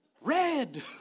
red